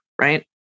right